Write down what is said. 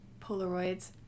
Polaroids